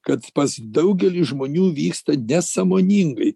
kad pas daugelį žmonių vyksta nesąmoningai